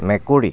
মেকুৰী